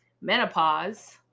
menopause